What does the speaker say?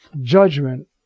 judgment